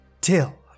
till